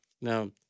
now